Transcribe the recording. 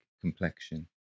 complexion